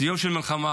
סיום של מלחמה,